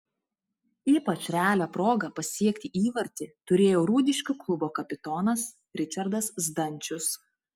ypač realią progą pasiekti įvartį turėjo rūdiškių klubo kapitonas ričardas zdančius